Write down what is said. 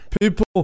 People